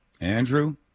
Andrew